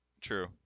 True